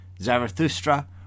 Zarathustra